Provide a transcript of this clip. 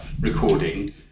recording